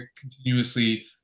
continuously